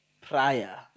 prior